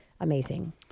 amazing